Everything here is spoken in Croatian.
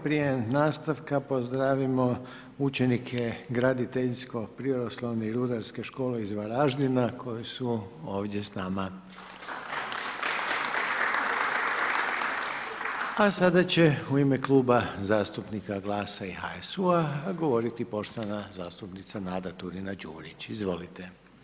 Prije nastavka pozdravimo učenike Graditeljsko prirodoslovne i rudarske škole iz Varaždina, koji su ovdje s nama … a sada će u ime Kluba zastupnika GLAS-a i HSU-a govoriti poštovana zastupnica Nada Turina Đurić, izvolite.